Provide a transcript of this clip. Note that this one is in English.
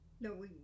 No